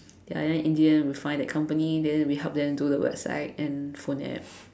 ya then in the end we find that company then we help them do the website and phone App